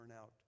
out